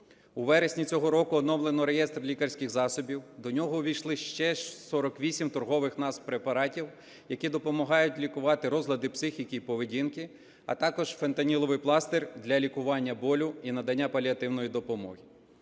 У вересні цього року оновлено реєстр лікарських засобів, до нього увійшли ще 48 торгових назв препаратів, які допомагають лікувати розлади психіки і поведінки, а також фентаніловий пластир для лікування болю і надання паліативної допомоги.